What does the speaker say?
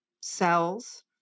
cells